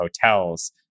hotels